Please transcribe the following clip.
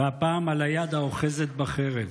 והפעם על היד האוחזת בחרב.